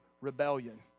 rebellion